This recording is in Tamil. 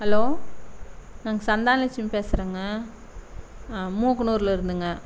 ஹலோ நாங்கள் சந்தான லக்ஷ்மி பேசுகிறோங்க ஆ மூக்கனூரிலருந்துங்க